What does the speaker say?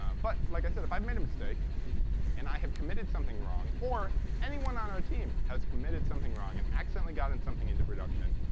ah but, like i said, if i've made a mistake and i have committed something wrong or anyone on our team has committed something wrong and accidentally got and something into production,